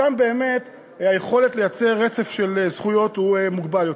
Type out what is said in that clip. שם באמת היכולת לייצר רצף של זכויות הוא מוגבל יותר.